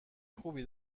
خوبی